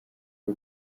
rwa